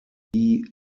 die